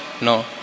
No